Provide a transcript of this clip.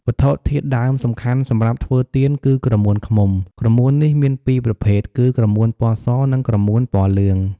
វត្ថុធាតុដើមសំខាន់សម្រាប់ធ្វើទៀន គឺក្រមួនឃ្មុំ ក្រមួននេះមានពីរប្រភេទ គឺក្រមួនពណ៌ស និងក្រមួនពណ៌លឿង។